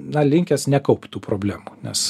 na linkęs nekaupt tų problemų nes